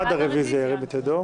ירים את ידו.